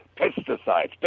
pesticides